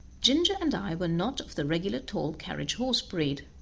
ginger and i were not of the regular tall carriage horse breed,